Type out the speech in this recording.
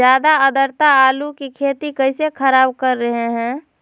ज्यादा आद्रता आलू की खेती कैसे खराब कर रहे हैं?